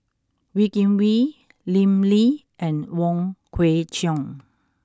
Wee Kim Wee Lim Lee and Wong Kwei Cheong